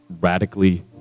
radically